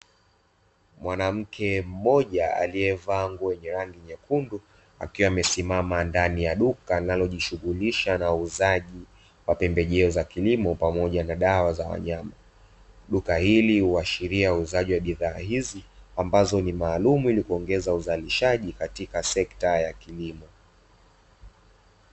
Mwanamke mmoja aliyevaa nguo yenye rangi nyekundu akiwa amesimama ndani ya duka analojishughulisha na uzaji wa pembejeo za kilimo pamoja na dawa za wanyama. Duka hili huashiria uzaji wa bidhaa hizi ambazo ni maalumu kuingiza uzalishaji katika sekta ya kilimo.